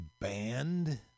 band